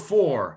Four